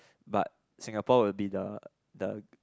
but Singapore will be the the